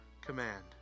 command